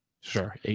sure